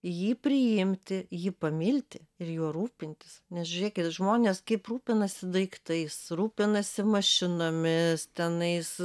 jį priimti jį pamilti ir juo rūpintis nes žiūrėkit žmonės kaip rūpinasi daiktais rūpinasi mašinomis tenais